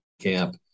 camp